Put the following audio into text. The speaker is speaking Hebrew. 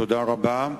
תודה רבה.